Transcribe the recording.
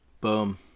boom